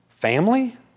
Family